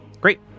Great